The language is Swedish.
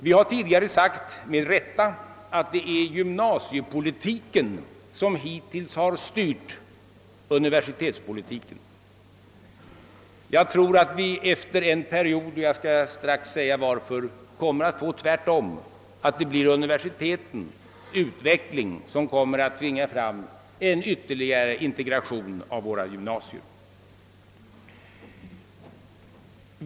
Vi har tidigare sagt — med rätta — att det är gymnasiepolitiken som hittills styrt universitetspolitiken. Jag tror att — och jag skall strax förklara varför — det efter en period kommer att bli tvärtom: universitetens utveckling kommer att tvinga fram en ytterligare integration av gymnasierna.